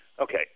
Okay